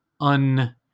un